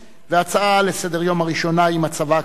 ההצעה הראשונה לסדר-היום היא בנושא: מצבה הכלכלי